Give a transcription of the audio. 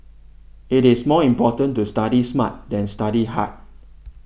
it is more important to study smart than study hard